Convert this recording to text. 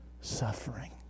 suffering